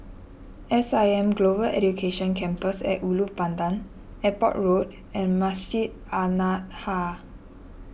S I M Global Education Campus at Ulu Pandan Airport Road and Masjid An Nahdhah